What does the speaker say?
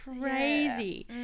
crazy